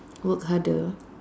work harder